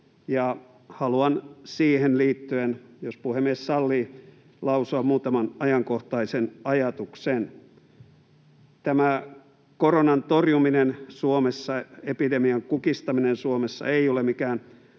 haluan siihen liittyen — jos puhemies sallii — lausua muutaman ajankohtaisen ajatuksen. Koronan torjuminen Suomessa, epidemian kukistaminen, ei ole mikään